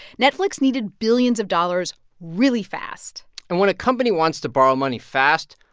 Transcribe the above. netflix needed billions of dollars really fast and when a company wants to borrow money fast,